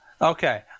Okay